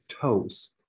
toes